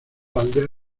aldeas